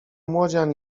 młodzian